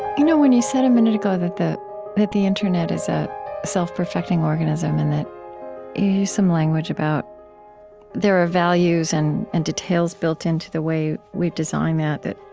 you know when you said a minute ago that the that the internet is a self-perfecting organism and that you use some language about there are values and and details built into the way we design that that